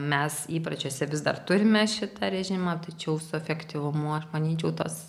mes įpročiuose vis dar turime šitą režimą tačiau su efektyvumu manyčiau tas